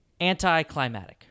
Anticlimatic